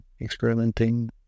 experimenting